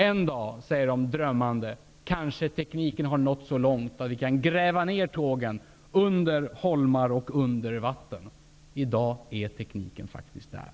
En dag, säger de drömmande, kanske tekniken har nått så långt att vi kan gräva ner tågen under holmar och under vatten. I dag är tekniken faktiskt där!